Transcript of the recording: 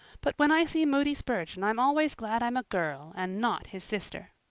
but when i see moody spurgeon i'm always glad i'm a girl and not his sister.